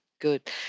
good